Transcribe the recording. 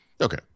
Okay